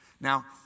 Now